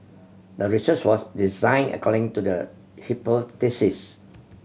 the research was designed according to the hypothesis